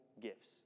gifts